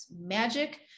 magic